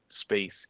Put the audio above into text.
space